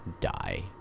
die